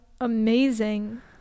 amazing